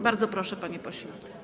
Bardzo proszę, panie pośle.